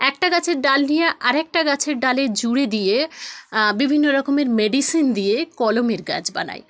একটা গাছের ডাল নিয়ে আরেকটা গাছের ডালে জুড়ে দিয়ে বিভিন্ন রকমের মেডিসিন দিয়ে কলমের গাছ বানায়